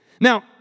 Now